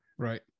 Right